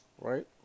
right